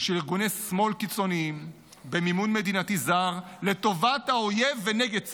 של ארגוני שמאל קיצוניים במימון מדינתי זר לטובת האויב ונגד צה"ל,